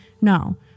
No